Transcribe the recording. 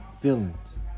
feelings